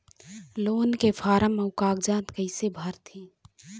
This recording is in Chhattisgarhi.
लोन के फार्म अऊ कागजात कइसे भरथें?